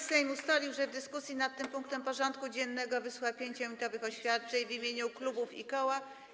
Sejm ustalił, że w dyskusji nad tym punktem porządku dziennego wysłucha 5-minutowych oświadczeń w imieniu klubów i koła.